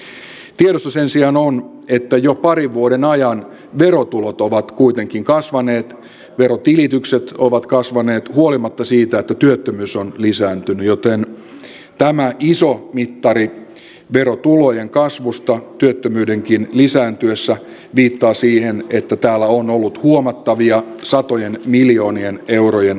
tiedossa sen sijaan on että jo parin vuoden ajan verotulot ovat kuitenkin kasvaneet verotilitykset ovat kasvaneet huolimatta siitä että työttömyys on lisääntynyt joten tämä iso mittari verotulojen kasvusta työttömyydenkin lisääntyessä viittaa siihen että tällä on ollut huomattavia satojen miljoonien eurojen tulovaikutuksia